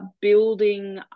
building